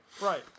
Right